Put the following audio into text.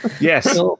Yes